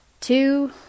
Two